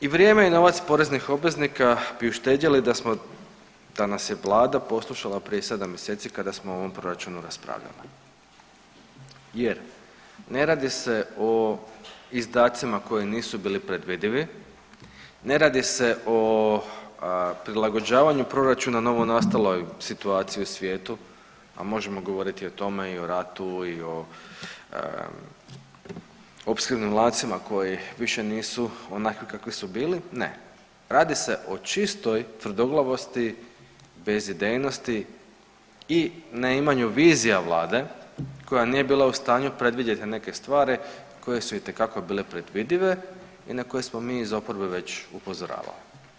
I vrijeme i novac poreznih obveznika bi uštedjeli da smo, da nas je vlada poslušala prije 7 mjeseci kada smo o ovom proračunu raspravljali jer ne radi se o izdacima koji nisu bili predvidivi, ne radi se o prilagođavanju proračuna novonastaloj situaciji u svijetu, a možemo govoriti o tome i o ratu i o opskrbnim lancima koji više nisu onakvi kakvi su bili, ne, radi se o čistoj tvrdoglavosti, bezidejnosti i neimanju vizija vlade koja nije bila u stanju predvidjeti neke stvari koje su itekako bile predvidive i na koje smo mi iz oporbe već upozoravali.